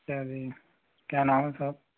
चलिए क्या नाम है सर